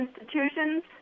institutions